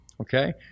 okay